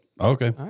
Okay